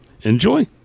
Enjoy